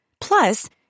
Plus